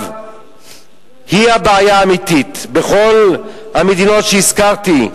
היא הבעיה האמיתית בכל המדינות שהזכרתי.